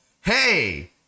hey